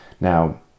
Now